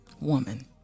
Woman